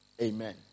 Amen